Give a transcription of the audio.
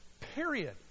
Period